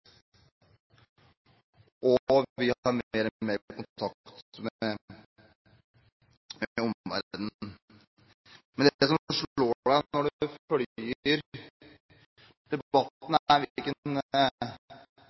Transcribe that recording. og vi har mer og mer kontakt med omverdenen. Det som slår deg når du følger debatten,